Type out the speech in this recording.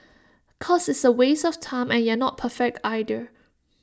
cause it's A waste of time and you're not perfect either